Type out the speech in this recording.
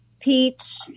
peach